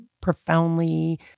profoundly